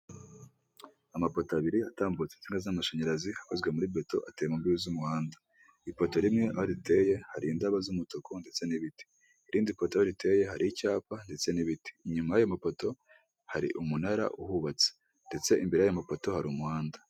Amapoto abiri atambutse inga z'amashanyarazi akozwe muri beto ateye mu mbibizi z'umuhanda, amapoto ane adasa hari indabo z'umutuku ndetse n'ibiti irindi kote riteye hari icyapa ndetse n'ibiti inyuma y'amopoto hari umunara uhubatse ndetse imbere y'amapoto hari umuhanda.